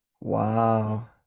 Wow